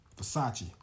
Versace